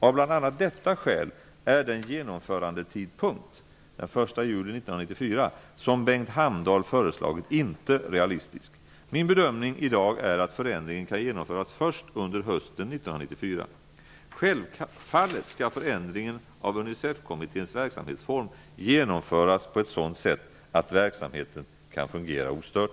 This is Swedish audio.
Av bl.a. detta skäl är den genomförandetidpunkt som Bengt Hamdahl föreslagit inte realistisk. Min bedömning i dag är att förändringen kan genomföras först under hösten 1994. Självfallet skall förändringen av Unicefkommitténs verksamhetsform genomföras på ett sådant sätt att verksamheten kan fungera ostört.